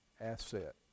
asset